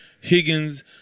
Higgins